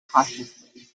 cautiously